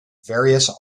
various